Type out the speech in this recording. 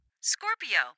Scorpio